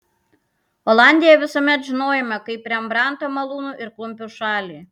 olandiją visuomet žinojome kaip rembrandto malūnų ir klumpių šalį